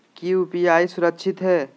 की यू.पी.आई सुरक्षित है?